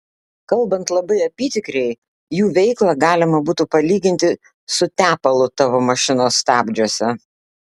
kalbant labai apytikriai jų veiklą galima būtų palyginti su tepalu tavo mašinos stabdžiuose